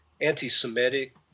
anti-Semitic